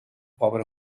obra